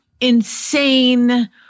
insane